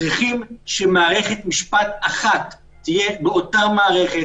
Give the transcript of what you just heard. צריכים שמערכת משפט אחת תהיה באותה מערכת.